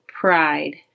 pride